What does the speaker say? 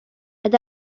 and